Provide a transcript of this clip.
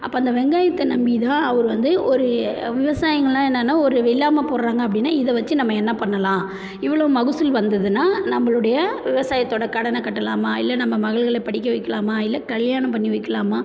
அப்போ அந்த வெங்காயத்தை நம்பி தான் அவர் வந்து ஒரு விவசாயிங்கள்லாம் என்னென்னா ஒரு வெள்ளாமை போடுறாங்க அப்படினா இதை வச்சி நம்ம என்ன பண்ணலாம் இவ்வளோ மகசூல் வந்துதுன்னால் நம்மளுடைய விவசாயத்தோட கடனை கட்டலாமா இல்லை நம்ம மகள்களை படிக்க வைக்கலாமா இல்லை கல்யாணம் பண்ணி வைக்கலாமா